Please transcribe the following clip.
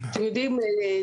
אתם יודעים,